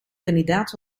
kandidaat